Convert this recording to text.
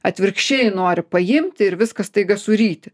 atvirkščiai nori paimti ir viską staiga suryti